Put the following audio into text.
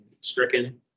stricken